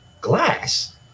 glass